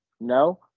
No